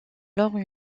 alors